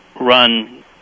run